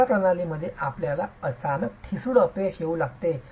अशा प्रणालीमध्ये आपल्याला अचानक ठिसूळ अपयश येऊ शकते